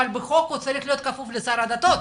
אבל בחוק הוא צריך להיות כפוף לשר הדתות.